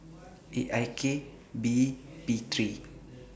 A I K B P three